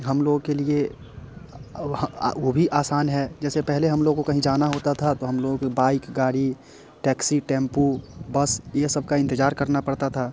हम लोगों के लिए वो भी आसान है जैसे पहले हम लोग को कहीं जाना होता था तो हम लोगों को बाइक गाड़ी टैक्सी टैम्पू बस ये सब का इंतज़ार करना पड़ता था